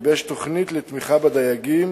גיבש תוכנית לתמיכה בדייגים